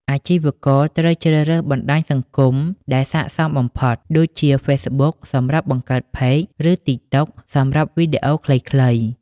អាជីវករត្រូវជ្រើសរើសបណ្ដាញសង្គមដែលស័ក្តិសមបំផុត ដូចជា ហ្វេសប៊ុក សម្រាប់បង្កើតផេក ឬ ទីកតុក សម្រាប់វីដេអូខ្លីៗ។